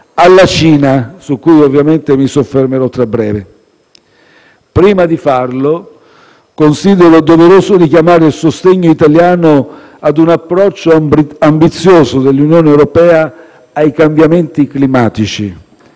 alla Cina, su cui ovviamente mi soffermerò tra breve. Prima di farlo, considero doveroso richiamare il sostegno italiano a un approccio ambizioso dell'Unione europea ai cambiamenti climatici,